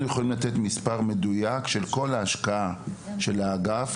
אנחנו יכולים לתת מספר מדויק של כל ההשקעה של האגף,